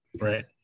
Right